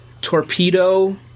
Torpedo